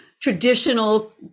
traditional